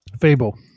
Fable